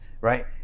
right